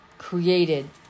created